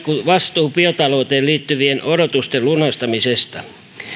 vastuu pientalouteen liittyvien odotusten lunastamisesta